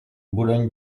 boulogne